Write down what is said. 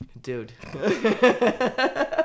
dude